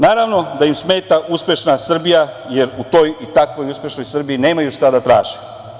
Naravno, da im smeta uspešna Srbija, jer u toj i takvoj uspešnoj Srbiji nemaju šta da traže.